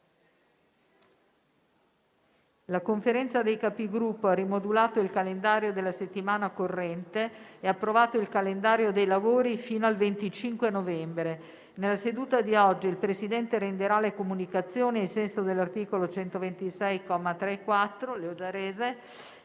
La Conferenza dei Capigruppo ha rimodulato il calendario della settimana corrente e approvato il calendario dei lavori fino al 25 novembre. Nella seduta di oggi il Presidente renderà le comunicazioni ai sensi dell'articolo 126, commi 3 e 4,